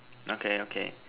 okay okay